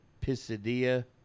Pisidia